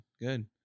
Good